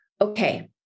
okay